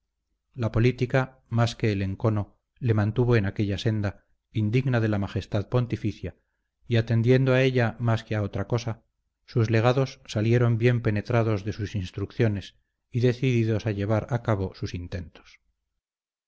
la política más que el encono le mantuvo en aquella senda indigna de la majestad pontificia y atendiendo a ella más que a otra cosa sus legados salieron bien penetrados de sus instrucciones y decididos a llevar a cabo sus intentos